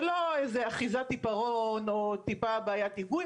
זה לא איזה אחיזת עיפרון או טיפה בעיית היגוי.